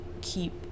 keep